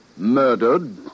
Murdered